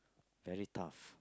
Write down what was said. very tough